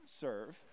serve